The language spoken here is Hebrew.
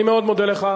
אני מודה לך.